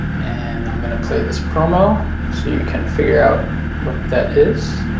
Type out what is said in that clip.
and i'm gonna play this promo so you can figure out what that is.